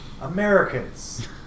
Americans